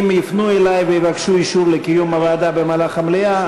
אם יפנו אלי ויבקשו אישור לקיים ישיבת ועדה במהלך המליאה,